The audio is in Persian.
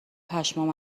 پشمام